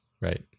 right